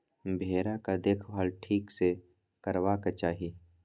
भेराक देखभाल ठीक सँ करबाक चाही